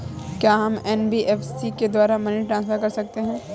क्या हम एन.बी.एफ.सी के द्वारा मनी ट्रांसफर कर सकते हैं?